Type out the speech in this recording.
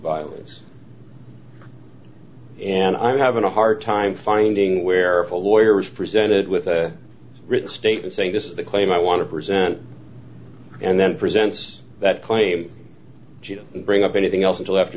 violence and i'm having a hard time finding where a lawyer is presented with a written statement saying this is the claim i want to present and then presents that claim and bring up anything else until after